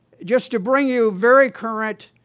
just to bring you very current,